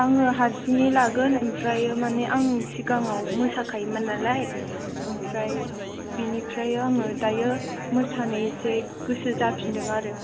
आङो हारसिङै लागोन ओमफ्राय माने आं सिगाङाव मोसाखायोमोन नालाय ओमफ्राय बिनिफ्रायो आङो दायो मोसानो एसे गोसो जाफिनदों आरो